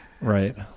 Right